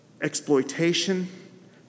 exploitation